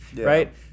right